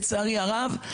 לצערי הרב,